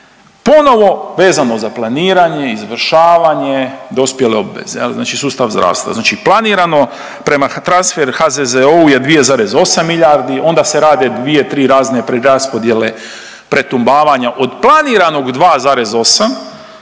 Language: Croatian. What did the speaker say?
Ponovo vezano za planiranje, izvršavanje, dospjele obveze jel, znači sustav zdravstva, znači planirano prema transfer HZZO-u je 2,8 milijardi, onda se radi 2-3 razne preraspodjele pretumbavanja, od planiranog 2,8 dolazite